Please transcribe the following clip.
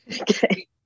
okay